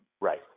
right